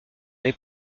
les